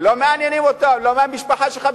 לא מעניין אותם לא המשפחה שלך,